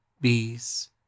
Bees